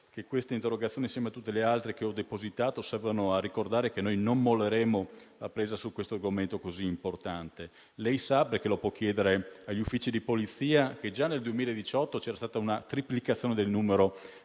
che queste interrogazioni, insieme a tutte le altre che ho depositato, servono a ricordare che noi non molleremo la presa su questo argomento così importante. Lei sa - e lo può chiedere agli uffici di polizia - che già nel 2018 c'era stata una triplicazione del numero